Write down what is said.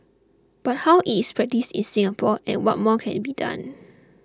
but how is practised in Singapore and what more can it be done